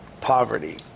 poverty